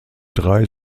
drei